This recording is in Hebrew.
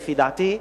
לדעתי,